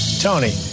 Tony